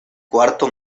cuarto